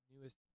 newest